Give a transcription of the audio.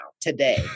Today